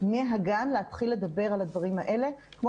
מהגן להתחיל לדבר על הדברים האלה כמו